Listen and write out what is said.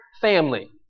family